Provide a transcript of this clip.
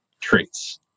traits